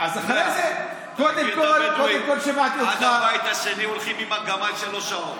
הבדואים, עד הבית השני הולכים עם הגמל שלוש שעות,